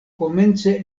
komence